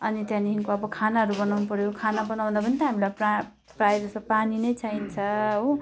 अनि त्यहाँदेखिको अब खानाहरू बनाउनुपऱ्यो खाना बनाउँदा पनि त हामीलाई प्रा प्रायः जस्तो पानी नै चाहिन्छ हो